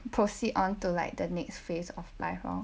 proceed on to like the next phase of life lor